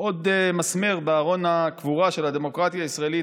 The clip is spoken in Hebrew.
עוד מסמר בארון הקבורה של הדמוקרטיה הישראלית,